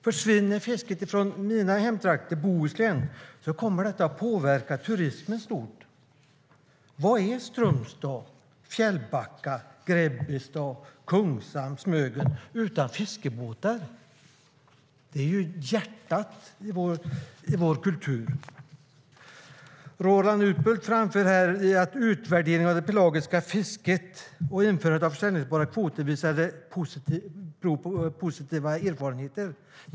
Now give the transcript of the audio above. Försvinner fisket från mina hemtrakter, Bohuslän, kommer det att påverka turismen stort. Vad är Strömstad, Fjällbacka, Grebbestad, Kungshamn och Smögen utan fiskebåtar? Det är ju hjärtat i vår kultur. Roland Utbult framför att utvärderingen av det pelagiska fisket och införandet av försäljningsbara kvoter visade på positiva erfarenheter.